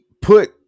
put